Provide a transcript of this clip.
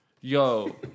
Yo